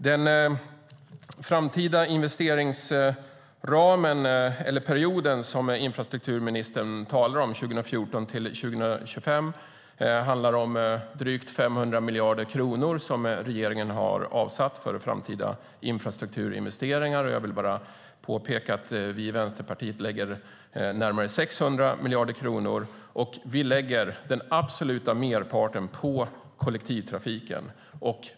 Den framtida investeringsperioden som infrastrukturministern talar om, 2014-2025, handlar om drygt 500 miljarder kronor som regeringen har avsatt för framtida infrastrukturinvesteringar. Jag vill bara påpeka att vi i Vänsterpartiet lägger närmare 600 miljarder kronor, och vi lägger den absoluta merparten på kollektivtrafiken.